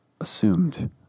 assumed